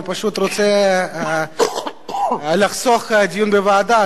אני פשוט רוצה לחסוך דיון בוועדה,